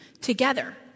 together